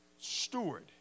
steward